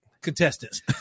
contestants